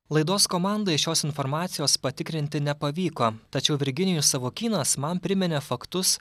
laidos komandai šios informacijos patikrinti nepavyko tačiau virginijus savukynas man priminė faktus